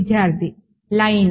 విద్యార్థి లైన్